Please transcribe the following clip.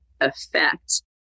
effect